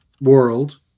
world